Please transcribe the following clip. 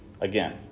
again